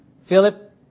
Philip